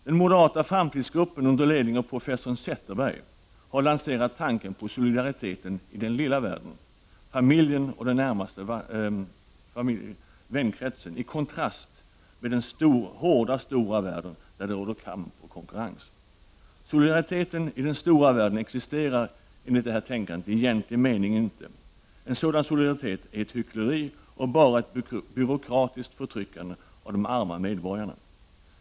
Den moderata framtidsgruppen under ledning av professor Zetterberg har lanserat tanken på solidaritet i den lilla världen — familjen och den närmaste vänkretsen, i kontrast till den hårda stora världen, där det råder kamp och konkurrens. Solidaritet i den stora världen existerar inte i egentlig mening enligt detta tänkande. En sådan solidaritet är hyckleri och bara ett byråkratiskt förtryckande av de arma medborgarna.